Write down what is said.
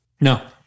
No